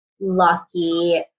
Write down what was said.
lucky